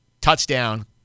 touchdown